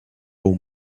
aux